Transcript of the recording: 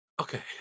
Okay